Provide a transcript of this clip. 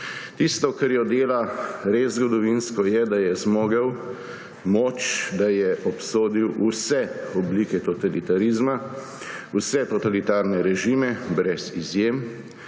Tisto, kar jo dela res zgodovinsko, je, da je zmogel moč, da je obsodil vse oblike totalitarizma, vse totalitarne režime brez izjem.